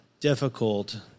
difficult